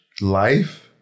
Life